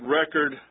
record